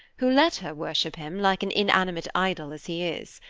who let her worship him, like an inanimate idol as he is.